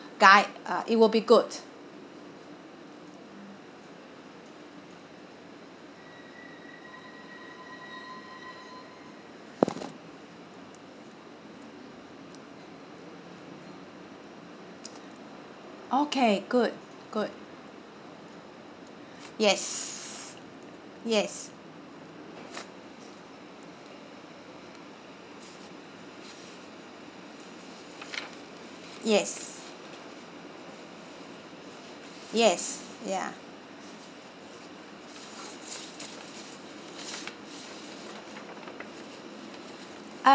guide uh it will be good okay good good yes yes yes yes ya um